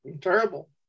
terrible